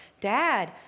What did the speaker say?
Dad